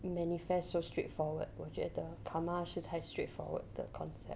manifest so straightforward 我觉得 karma 是太 straightforward 的 concept